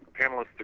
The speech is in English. panelists